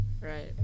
Right